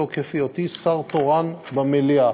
בתוקף היותי שר תורן במליאה.